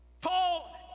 Paul